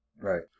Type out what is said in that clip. right